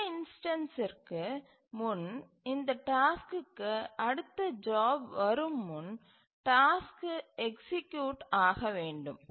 அடுத்த இன்ஸ்டன்சிற்கு முன் இந்த டாஸ்க்குக்கு அடுத்த ஜாப் வரும் முன் டாஸ்க்கு எக்சீக்யூட் ஆகவேண்டும்